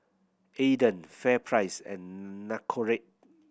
Aden FairPrice and Nicorette